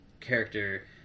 character